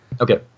Okay